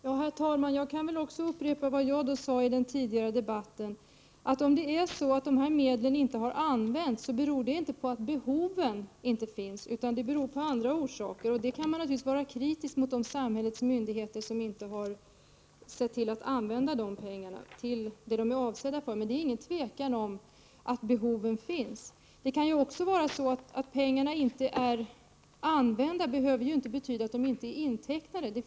Herr talman! Också jag kan upprepa vad jag sade i den tidigare debatten, nämligen att om dessa medel inte används beror det inte på att behovet inte finns. Det kan finnas andra orsaker. Man kan då naturligtvis vara kritisk mot de samhällsmyndigheter som inte har sett till att använda pengarna till det de är avsedda för. Det råder inget tvivel om att behoven finns. Det faktum att pengarna inte är använda, behöver inte betyda att de inte är intecknade.